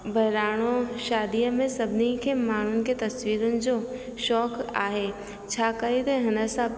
बहिराणो शादीअ में सभिनी खे माण्हुनि खे तस्वीरुनि जो शौक़ु आहे छा करे त हिन सां